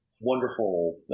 wonderful